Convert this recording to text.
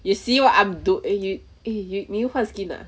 you see what I'm doi~ eh you eh you 你又换 skin ah